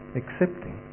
accepting